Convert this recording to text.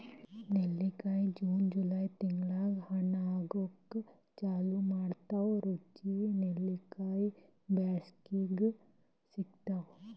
ನೆಲ್ಲಿಕಾಯಿ June July ತಿಂಗಳ್ದಾಗ್ ಹಣ್ಣ್ ಆಗೂಕ್ ಚಾಲು ಮಾಡ್ತಾವ್ ರುಚಿ ನೆಲ್ಲಿಕಾಯಿ ಬ್ಯಾಸ್ಗ್ಯಾಗ್ ಸಿಗ್ತಾವ್